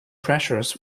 pressures